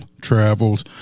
travels